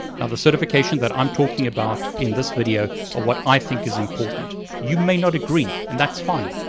now the certification that i'm talking about in this video are what i think is important. you may not agree, and that's fine.